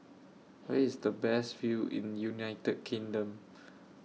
Where IS The Best View in United Kingdom